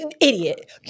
Idiot